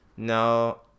No